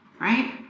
right